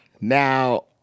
Now